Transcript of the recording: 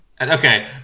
okay